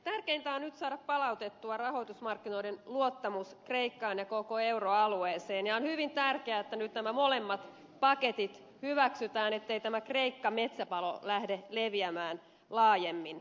tärkeintä on nyt saada palautettua rahoitusmarkkinoiden luottamus kreikkaan ja koko euroalueeseen ja on hyvin tärkeää että nyt nämä molemmat paketit hyväksytään ettei tämä kreikka metsäpalo lähde leviämään laajemmin